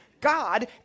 God